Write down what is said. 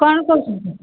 କଣ କହୁଛନ୍ତି